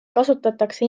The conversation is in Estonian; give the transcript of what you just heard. kasutatakse